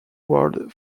world